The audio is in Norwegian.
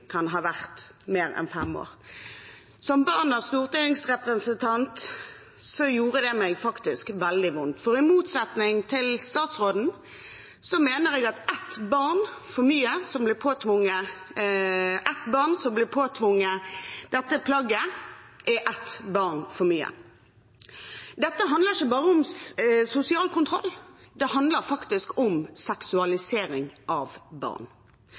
Som barnas stortingsrepresentant gjorde det meg faktisk veldig vondt. I motsetning til statsråden mener jeg at et barn som blir påtvunget dette plagget, er et barn for mye. Dette handler ikke bare om sosial kontroll, det handler faktisk om seksualisering av barn.